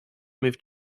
moved